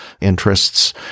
interests